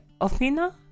Ofina